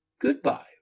Goodbye